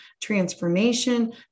transformation